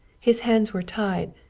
his hands were tied,